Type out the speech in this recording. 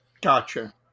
Gotcha